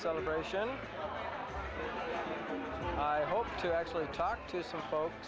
celebration i hope to actually talk to some folks